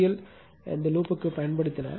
VL ஐ லூப்க்கு பயன்படுத்துதல்